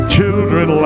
Children